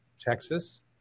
Texas